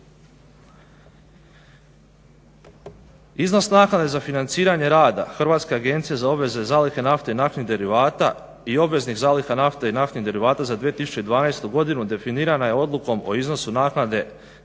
Iznos naknade za financiranje rada Hrvatske agencije za obvezu zalihe nafte i naftnih derivata i obveznik zalihe nafte i naftnih derivata za 2012. godinu definirana je odlukom o iznosu naknade